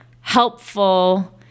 helpful